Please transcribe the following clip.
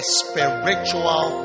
spiritual